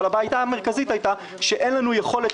אבל הבעיה המרכזית הייתה שאין לנו יכולת